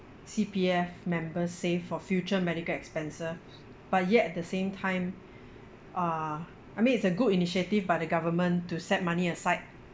C_P_F members save for future medical expenses but yet at the same time err I mean it's a good initiative by the government to set money aside